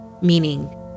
meaning